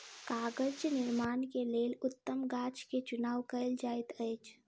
कागज़ निर्माण के लेल उत्तम गाछ के चुनाव कयल जाइत अछि